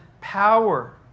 power